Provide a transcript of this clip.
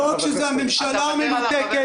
לא רק שהממשלה מנותקת,